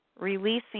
releasing